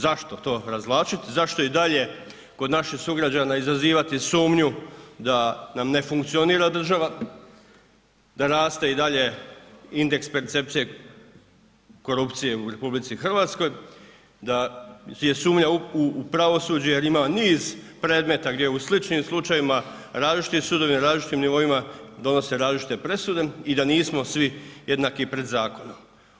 Zašto to razvlačit, zašto i dalje kod naših sugrađana izazivati sumnju da nam ne funkcionira država, da raste i dalje indeks percepcije korupcije u RH, da je sumnja u pravosuđe jer ima niz predmeta gdje u sličim slučajevima, različitim sudovima, različitim nivoima, donose različite presude i da nismo svi jednaki pred zakonom.